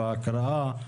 בהקראה.